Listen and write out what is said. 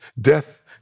death